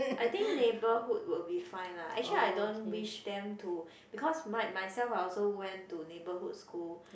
I think neighborhood would be fine lah actually I don't wish them to because my myself also went to neighborhood school